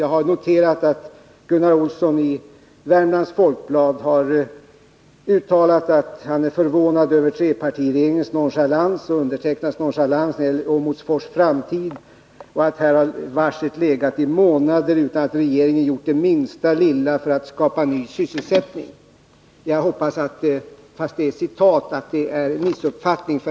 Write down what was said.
Jag har noterat att Gunnar Olsson i Värmlands Folkblad har uttalat att han är förvånad över trepartiregeringens nonchalans — och min nonchalans — när det gäller Åmotfors framtid, att varslet har legat i månader utan att regeringen gjort det minsta för att skapa ny sysselsättning. Jag hoppas -— fast det är citat — att det är en missuppfattning.